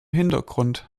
hintergrund